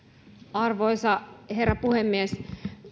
arvoisa herra puhemies